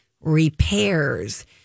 repairs